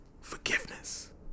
Forgiveness